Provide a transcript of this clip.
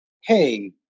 hey